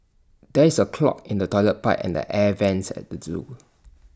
there is A clog in the Toilet Pipe and the air Vents at the Zoo